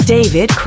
David